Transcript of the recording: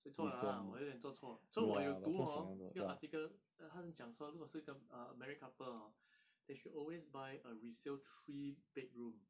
所以错 liao lah 我有点做错 so 我有读 hor 一个 article 他是讲说如果是一个 uh married couple hor they should always buy a resale three bedroom